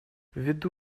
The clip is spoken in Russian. ввиду